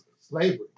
Slavery